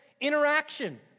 interaction